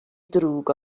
drwg